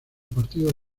partidos